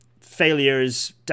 failures